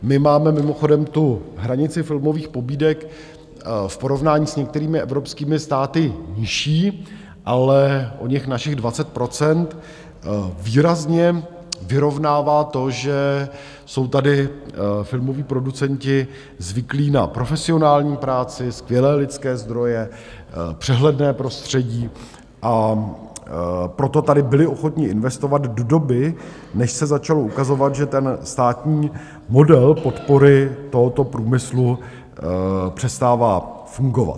My máme mimochodem tu hranici filmových pobídek v porovnání s některými evropskými státy nižší, ale oněch našich 20 % výrazně vyrovnává to, že jsou tady filmoví producenti zvyklí na profesionální práci, skvělé lidské zdroje, přehledné prostředí, a proto tady byli ochotni investovat do doby, než se začalo ukazovat, že ten státní model podpory tohoto průmyslu přestává fungovat.